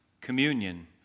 communion